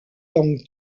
langue